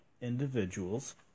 individuals